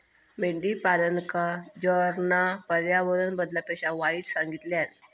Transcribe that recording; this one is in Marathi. मेंढीपालनका जॉर्जना पर्यावरण बदलापेक्षा वाईट सांगितल्यान